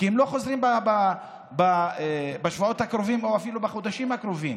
כי הם לא חוזרים בשבועות הקרובים או אפילו בחודשים הקרובים.